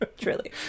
Truly